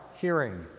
hearing